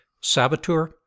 Saboteur